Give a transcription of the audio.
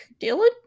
Dylan